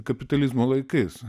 kapitalizmo laikais